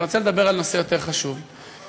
אבל